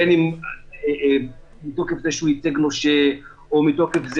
בין אם מתוקף זה שהוא ייצג נושה או מתוקף זה